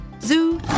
Zoo